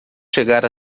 chegar